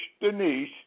Denise